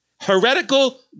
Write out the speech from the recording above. Heretical